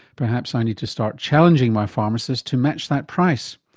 perhaps i need to start challenging my pharmacist to match that price,